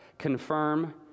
confirm